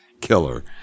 killer